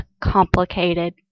complicated